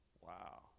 Wow